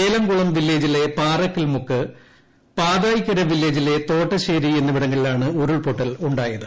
ഏലംകുളം വില്ലേജിലെ പാറക്കൽമുക്ക് പാതായ്ക്കര വില്ലേജിലെ തോട്ടശേരി എന്നിവിടങ്ങളിലാണ് ഉരുൾപൊട്ടലുണ്ടായത്